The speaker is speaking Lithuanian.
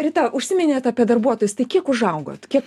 rita užsiminėt apie darbuotojus tai kiek užaugot kiek